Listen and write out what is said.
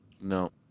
No